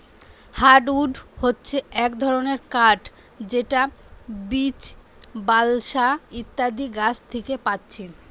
hardwood হচ্ছে এক ধরণের কাঠ যেটা বীচ, বালসা ইত্যাদি গাছ থিকে পাচ্ছি